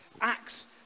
Acts